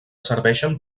serveixen